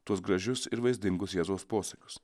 tuos gražius ir vaizdingus jėzaus posakius